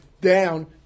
down